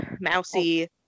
mousy